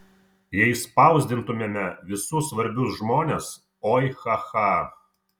jei spausdintumėme visus svarbius žmones oi cha cha